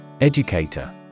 Educator